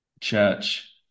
church